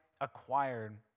acquired